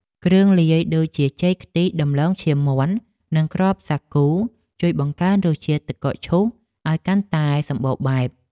គ្រឿងលាយដូចជាចេកខ្ទិះដំឡូងឈាមមាន់និងគ្រាប់សាគូជួយបង្កើនរសជាតិទឹកកកឈូសឱ្យកាន់តែសម្បូរបែប។